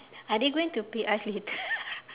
are they going to pay us later